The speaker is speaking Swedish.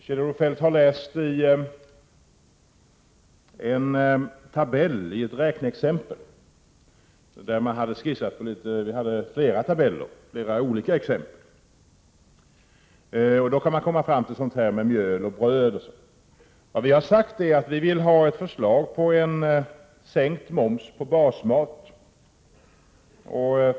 Kjell-Olof Feldt har sett en tabelli ett räkneexempel som vi har gjort, men vi hade skissat olika exempel. Om man bara ser på ett exempel kan man komma fram till sådana saker om mjöl och bröd. Vad vi har sagt är att vi vill ha förslag om en sänkning av momsen på basmat.